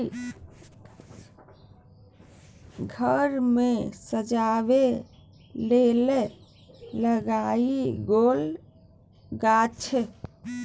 घर मे सजबै लेल लगाएल गेल गाछ